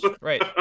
Right